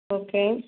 okay